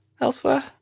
elsewhere